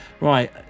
Right